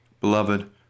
Beloved